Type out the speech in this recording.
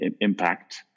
impact